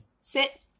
Sit